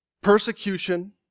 persecution